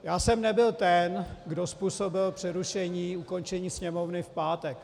Já jsem nebyl ten, kdo způsobil přerušení, ukončení Sněmovny v pátek.